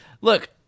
Look